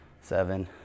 seven